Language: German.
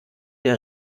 der